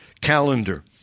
calendar